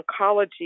oncology